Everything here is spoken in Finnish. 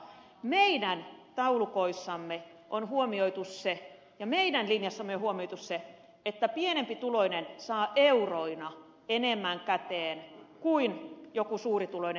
meidän taulukoissamme on huomioitu se ja meidän linjassamme on huomioitu se että pienempituloinen saa euroina enemmän käteen kuin joku suurituloinen